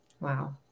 Wow